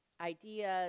ideas